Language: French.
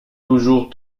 toujours